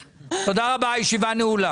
רבה, הישיבה נעולה.